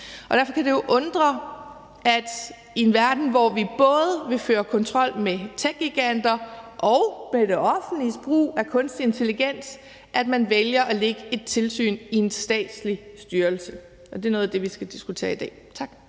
Derfor kan det jo undre, at man i en verden, hvor vi både vil føre kontrol med techgiganter og med det offentliges brug af kunstig intelligens, vælger at lægge et tilsyn i en statslig styrelse. Det er noget af det, vi skal diskutere i dag. Tak.